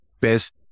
best